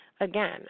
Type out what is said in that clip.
again